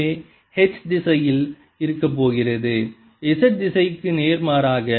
எனவே H இந்த திசையில் இருக்கப்போகிறது z திசைக்கு நேர்மாறாக